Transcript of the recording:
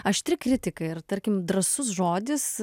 aštri kritika ir tarkim drąsus žodis